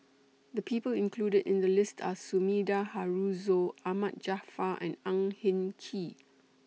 The People included in The list Are Sumida Haruzo Ahmad Jaafar and Ang Hin Kee